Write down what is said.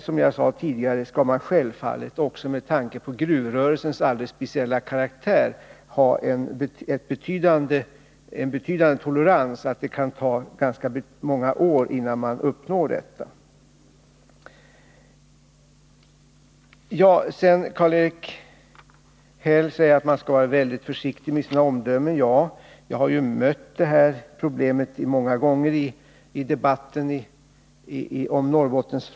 Som jag tidigare sagt, skall man självfallet också med tanke på gruvrörelsens alldeles speciella karaktär ha en betydande tolerans — det kan ta ganska många år innan man uppnår detta mål. Karl-Erik Häll säger att man skall vara väldigt försiktig med sina omdömen. Ja, jag har mött problemet många gånger i debatten om Norrbotten.